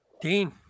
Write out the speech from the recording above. Dean